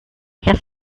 guess